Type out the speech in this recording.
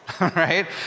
right